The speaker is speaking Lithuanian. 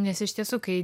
nes iš tiesų kai